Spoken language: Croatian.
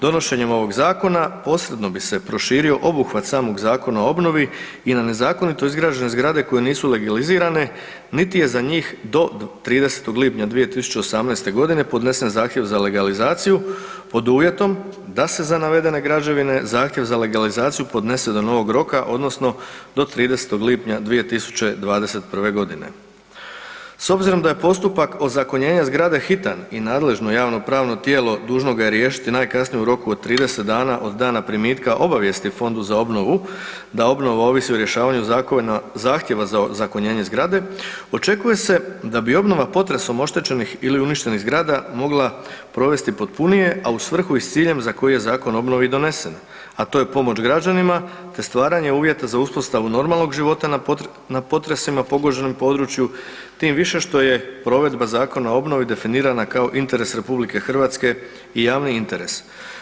Donošenjem ovog zakona posredno bi se proširio obuhvat samo Zakona o obnovi i na nezakonito izgrađene zgrade koje nisu legalizirane niti je za njih do 30.lipnja 2018.g. podnesen zahtjev za legalizaciju pod uvjetom da se za navedene građevine zahtjev za legalizaciju podnese do novog roka odnosno do 30. lipnja 2021.g. S obzirom da je postupak ozakonjenja zgrade hitan i nadležno javnopravno tijelo dužno ga je riješiti najkasnije u roku od 30 dana od dana primitka obavijesti Fondu za obnovu da obnova ovisi o rješavanju zahtjeva za ozakonjenje zgrade, očekuje se da bi obnova potresom oštećenih ili uništenih zgrada mogla provesti potpunije, a u svrhu i s ciljem za koji je Zakon o obnovi i donesen, a to je pomoć građanima te stvaranje uvjeta za uspostavu normalnog života na potresima pogođenom području, tim više što je provedba Zakona o obnovi definirana kao interes RH i javni interes.